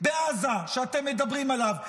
בעזה שאתם מדברים עליו?